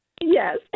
Yes